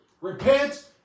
repent